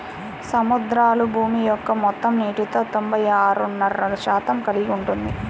సముద్రాలు భూమి యొక్క మొత్తం నీటిలో తొంభై ఆరున్నర శాతం కలిగి ఉన్నాయి